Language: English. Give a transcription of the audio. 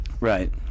Right